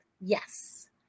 Yes